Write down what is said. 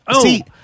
see